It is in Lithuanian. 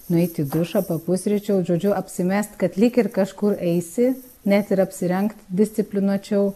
nueit į dušą papusryčiaut žodžiu apsimest kad lyg ir kažkur eisi net ir apsirengt disciplinuočiau